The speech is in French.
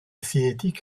cinétique